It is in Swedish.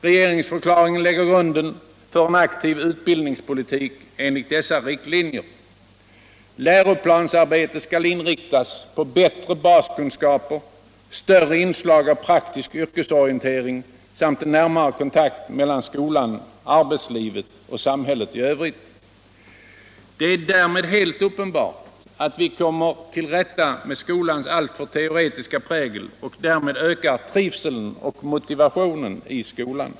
Regeringsförklaringen lägger grunden för en aktiv utbildningspotlitik enligt dessa riktlinjer. Läroplansarbetet skall inriktas på att ge bättre baskunskaper, större inslag av praktisk vrkesorientering samt en närmare kontakt mellan skolan, arbetslivet och samhället + övrigt. Det är därmed heht uppenbart att vi kommer tll rätta med skolans alltför (corcuska prägel och på så sätt ökar trivseln och motivationen I skolan.